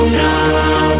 now